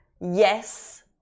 yes